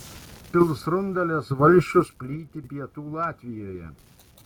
pilsrundalės valsčius plyti pietų latvijoje